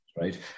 right